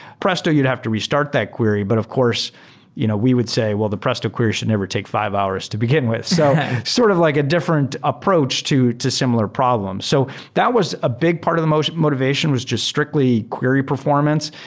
presto, you'd have to restart that query. but of course you know we would say, well, the presto query should never take five hours to begin with. it's so sort of like a different approach to to similar problems. so that was a big part of the motivation, was just strictly query performance.